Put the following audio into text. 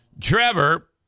Trevor